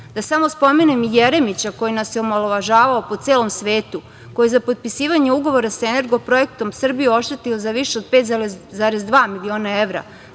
samo spomenem i Jeremića koji nas je omalovažavao po celom svetu, koji za potpisivanje ugovora sa Energoprojektom Srbije odštetio za više od 5,2 miliona evra.